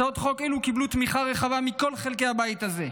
הצעות חוק אלו קיבלו תמיכה רחבה מכל חלקי הבית הזה,